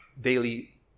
daily